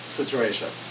situation